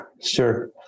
Sure